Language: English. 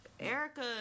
Erica